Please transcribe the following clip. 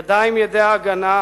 ידיים, ידי ההגנה,